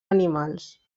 animals